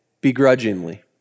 begrudgingly